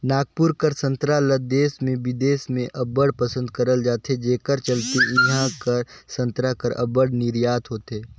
नागपुर कर संतरा ल देस में बिदेस में अब्बड़ पसंद करल जाथे जेकर चलते इहां कर संतरा कर अब्बड़ निरयात होथे